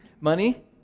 Money